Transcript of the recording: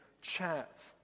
chat